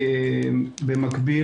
במקביל,